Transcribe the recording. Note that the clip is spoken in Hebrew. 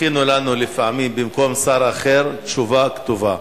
הכינו לנו לפעמים במקום שר אחר תשובה כתובה.